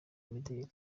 imideri